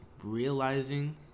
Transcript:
realizing